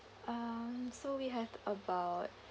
um so we have about